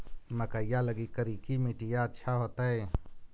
मकईया लगी करिकी मिट्टियां अच्छा होतई